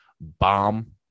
bomb